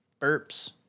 burps